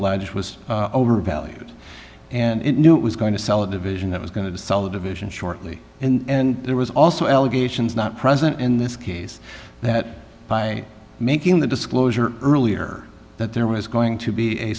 alleged was overvalued and it knew it was going to sell a division that was going to sell the division shortly and there was also allegations not present in this case that by making the disclosure earlier that there was going to be a